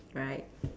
right